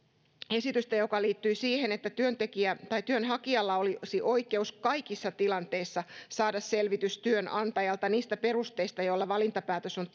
esitystä joka liittyi siihen että työnhakijalla olisi oikeus kaikissa tilanteissa saada selvitys työnantajalta niistä perusteista joilla valintapäätös on